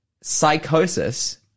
psychosis